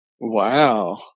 Wow